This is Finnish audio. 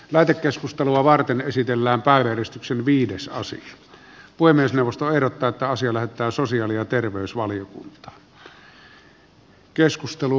lähetekeskustelua varten esitellään päivystyksen viidessä asetti puhemiesneuvosto ehdottaa että asia lähetetään sosiaali ja terveysvaliokuntaan